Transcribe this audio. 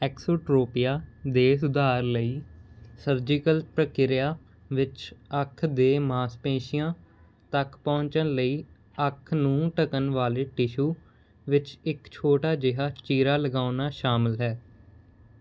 exotropia ਦੇ ਸੁਧਾਰ ਲਈ ਸਰਜੀਕਲ ਪ੍ਰਕਿਰਿਆ ਵਿੱਚ ਅੱਖ ਦੇ ਮਾਸਪੇਸ਼ੀਆਂ ਤੱਕ ਪਹੁੰਚਣ ਲਈ ਅੱਖ ਨੂੰ ਢਕਣ ਵਾਲੇ ਟਿਸ਼ੂ ਵਿੱਚ ਇੱਕ ਛੋਟਾ ਜਿਹਾ ਚੀਰਾ ਲਗਾਉਣਾ ਸ਼ਾਮਲ ਹੈ